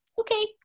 Okay